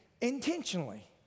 intentionally